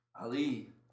Ali